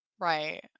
Right